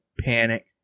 panic